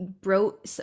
broke